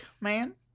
man